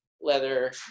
leather